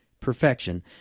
Perfection